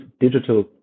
digital